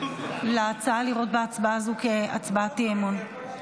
על ההצעה לראות בהצבעה הזו הצבעת אי-אמון.